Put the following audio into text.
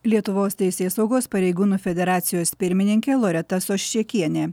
lietuvos teisėsaugos pareigūnų federacijos pirmininkė loreta soščekienė